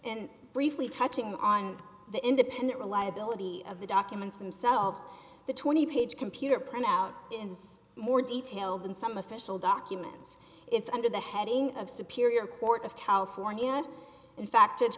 and briefly touching on the independent reliability of the documents themselves the twenty page computer printout is more detail than some official documents it's under the heading of superior court of california and in fact